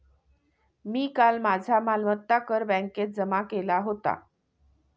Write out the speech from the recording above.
मी काल माझा मालमत्ता कर बँकेत जमा केला होता